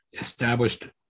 established